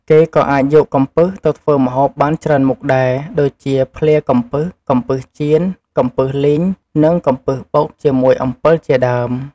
គេក៏អាចយកកំពឹសទៅធ្វើម្ហូបបានច្រើនមុខដែរ ដូចជា ភ្លាកំពឹស កំពឹសចៀន កំពឹសលីង និងកំពឹសបុកជាមួយអំពិលជាដើម។